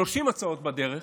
30 הצעות בדרך,